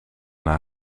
naar